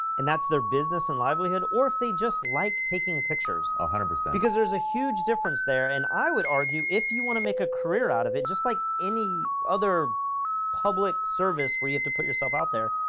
and that's their business and livelihood, or if they just like taking pictures a hundred percent, because there's a huge difference there, and i would argue if you want to make a career out of it, just like any other public service, where you have to put yourself out there,